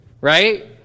right